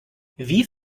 wie